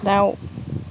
दाउ